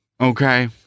Okay